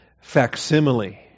facsimile